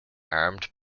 armed